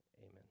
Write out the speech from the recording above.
Amen